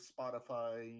Spotify